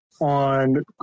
on